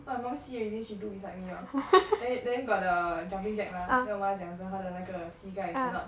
cause my mum see already she do beside me lor then then got the jumping jack mah then 我妈讲说她的那个膝盖 cannot